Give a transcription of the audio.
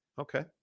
Okay